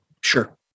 Sure